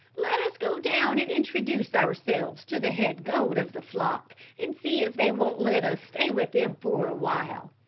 let us go down and introduce ourselves to the head goat of the flock and see if they won't let us stay with them for awhile.